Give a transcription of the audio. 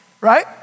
right